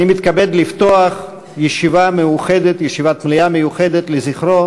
אני מתכבד לפתוח ישיבת מליאה מיוחדת לזכרו